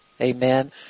Amen